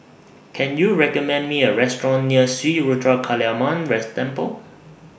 Can YOU recommend Me A Restaurant near Sri Ruthra Kaliamman rest Temple